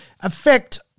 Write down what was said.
affect